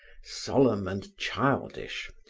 solemn and childish,